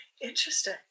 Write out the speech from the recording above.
Interesting